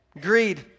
greed